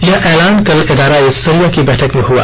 यह ऐलान कल एदारा ए सरिया की बैठक में हुआ